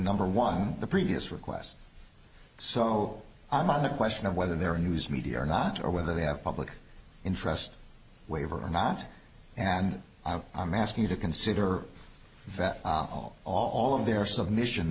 number one the previous requests so i'm on the question of whether they're in news media or not or whether they have public interest waiver or not and i'm asking you to consider all of their submissions